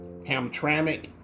Hamtramck